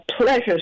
pleasure